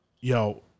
Yo